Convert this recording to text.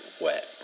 wet